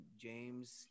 James